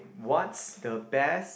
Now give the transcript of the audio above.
what's the best